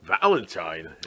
Valentine